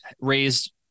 raised